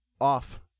off